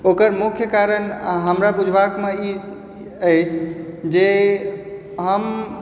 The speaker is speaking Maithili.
ओकर मुख्य कारण हमरा बुझबाकमे ई अइ जे हम